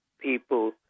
people